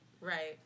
Right